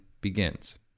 begins